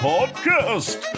Podcast